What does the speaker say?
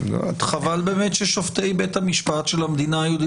חבל ששופטי בית המשפט של המדינה היהודית